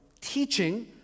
teaching